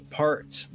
parts